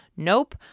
Nope